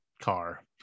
car